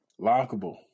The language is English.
Lockable